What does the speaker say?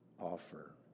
offer